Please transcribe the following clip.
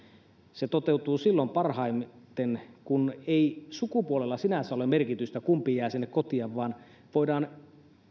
se toteutuu silloin parhaiten kun ei sukupuolella sinänsä ole merkitystä kumpi jää sinne kotiin vaan voidaan